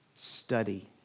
Study